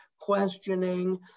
questioning